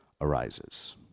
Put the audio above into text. arises